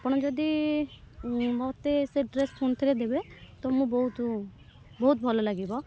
ଆପଣ ଯଦି ମୋତେ ସେ ଡ୍ରେସ୍ ପୂଣି ଥରେ ଦେବେ ତ ମୁଁ ବହୁତ ବହୁତ ଭଲ ଲାଗିବ